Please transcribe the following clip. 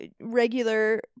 regular